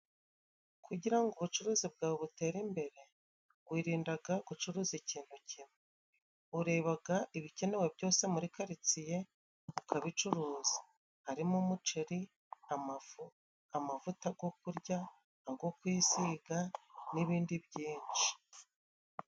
Kugira ngo ubucuruzi bwawe butere imbere wirindaga gucuruza ikintu kimwe. Urebaga ibikenewe byose muri karitsiye ukabicuruza harimo umuceri, amafu, amavuta go kurya, ago kwisiga n'ibindi byinshi.